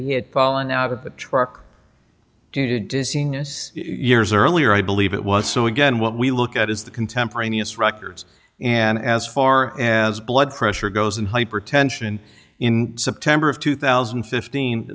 he had fallen out of the truck dizziness years earlier i believe it was so again what we look at is the contemporaneous records and as far as blood pressure goes and hypertension in september of two thousand and fifteen